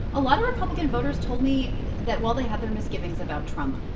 a lot of republican voters told me that while they had their misgivings about trump,